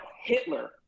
Hitler